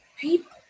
People